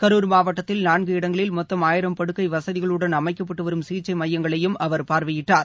கரூர் மாவட்டத்தில் நான்கு இடங்களில் மொத்தம் ஆயிரம் படுக்கை வசதிகளுடன் அமைக்கப்பட்டு வரும் சிகிச்சை மையங்களையும் அவர் பார்வையிட்டார்